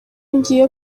ngiye